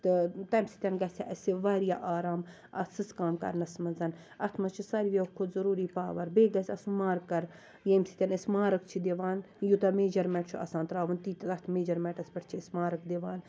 تہٕ تَمہٕ سۭتۍ گَژھہ اسہِ واریاہ آرام اتھ سٕژٕ کٲم کرنس منٛز اتھ منٛز چھُ ساروٕے کھۄتہٕ ضرٗوری پاور بیٚیہِ گَژھہِ آسُن مارکر ییٚمہِ سۭتۍ أسۍ مارِک چھِ دِوان یوتاہ میجرمیٚنٹ چھُ آسان ترٛاوُن تی تتھ میجرمیٚنٹس پٮ۪ٹھ چھِ أسۍ مارک دِوان